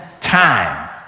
time